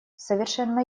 совершенно